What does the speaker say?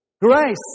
Grace